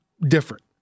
different